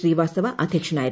Srivastava അദ്ധ്യക്ഷനായിരുന്നു